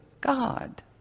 God